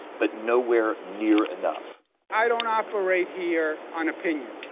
but nowhere near enough i don't operate here on opinion.